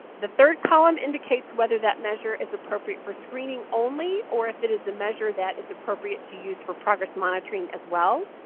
the third column indicates whether that measure is appropriate for screening only or if it is a measure that is appropriate to use for progress monitoring as well.